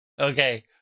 Okay